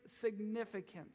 significance